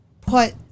put